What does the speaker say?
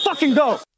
go